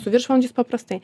su viršvalandžiais paprastai